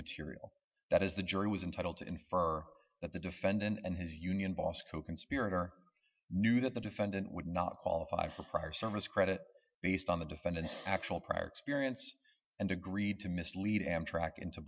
material that is the jury was entitled to infer that the defendant and his union boss coconspirator knew that the defendant would not qualify for prior service credit based on the defendant's actual prior experience and agreed to mislead amtrak into